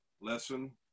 lesson